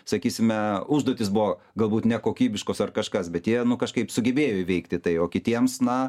sakysime užduotys buvo galbūt nekokybiškos ar kažkas bet jie kažkaip sugebėjo įveikti tai o kitiems na